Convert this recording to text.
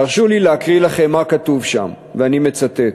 והרשו לי להקריא לכם מה כתוב שם, ואני מצטט: